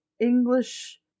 english